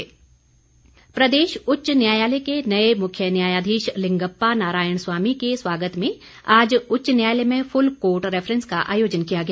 उच्च न्यायालय प्रदेश उच्च न्यायालय के नए मुख्य न्यायाधीश लिंगप्पा नारायण स्वामी के स्वागत में आज उच्च न्यायालय में फूल कोर्ट रैफरेंस का आयोजन किया गया